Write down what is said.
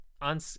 on